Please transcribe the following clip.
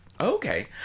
Okay